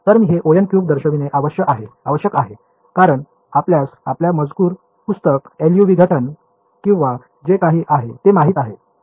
तर मी हे O दर्शविणे आवश्यक आहे कारण आपणास आपल्या मजकूर पुस्तक LU विघटन किंवा जे काही आहे ते माहित आहे